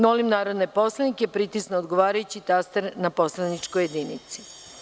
Molim narodne poslanike da pritisnu odgovarajući taster na poslaničkoj jedinici.